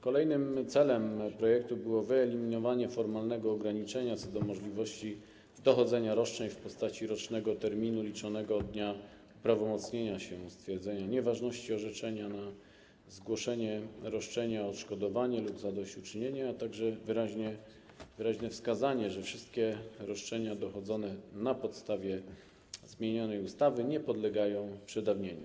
Kolejnym celem projektu było wyeliminowanie formalnego ograniczenia co do możliwości dochodzenia roszczeń w postaci rocznego terminu liczonego od dnia uprawomocnienia się stwierdzenia nieważności orzeczenia na zgłoszenie roszczenia o odszkodowanie lub zadośćuczynienie, a także wyraźne wskazanie, że wszystkie roszczenia dochodzone na podstawie zmienianej ustawy nie podlegają przedawnieniu.